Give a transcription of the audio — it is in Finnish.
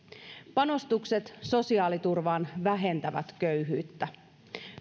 panostukset sosiaaliturvaan vähentävät köyhyyttä